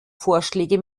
vorschläge